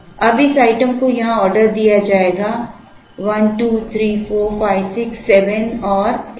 अब इस आइटम को यहाँ ऑर्डर दिया जाएगा 1 2 3 4 5 6 7 और 8